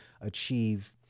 achieve